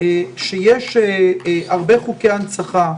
שיש הרבה חוקי הנצחה,